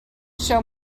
show